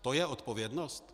To je odpovědnost?